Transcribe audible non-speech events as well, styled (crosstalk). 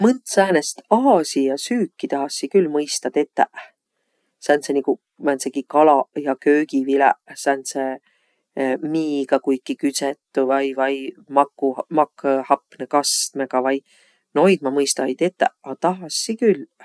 Mõnt säänest aasia süüki tahassiq külq mõistaq tetäq. Sääntseq niguq määntsegiq kalaq ja köögiviläq sääntse (hesitation) miigaq kuikiq küdsedüq vai vai maku- makõhapnõ kastmõgaq vai. Noid ma mõista-i tetäq, a tahassiq külq.